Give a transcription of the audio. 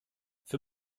für